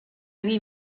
huit